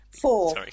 Four